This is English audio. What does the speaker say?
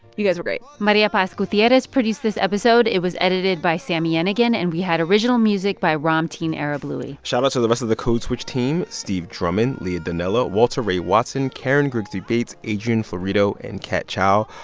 you guys were great maria paz gutierrez produced this episode. it was edited by sami yenigun. and we had original music by ramtin arablouei shoutout to the rest of the code switch team steve drummond, leah donnella, walter ray watson, karen grigsby bates, adrian florido and kat chow.